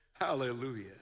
Hallelujah